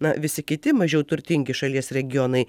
na visi kiti mažiau turtingi šalies regionai